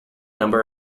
number